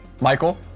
Michael